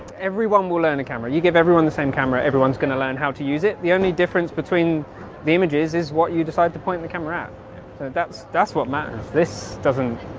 everyone will learn a camera you give everyone the same camera. everyone's going to learn how to use it the only difference between the images is what you decide to point the camera out that's that's what matters this doesn't